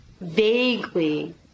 vaguely